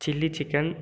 chilli chicken